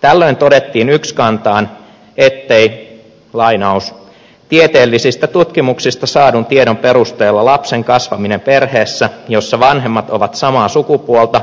tällöin todettiin ykskantaan ettei tieteellisistä tutkimuksista saadun tiedon perusteella lapsen kasvaminen perheessä jossa vanhemmat ovat samaa sukupuolta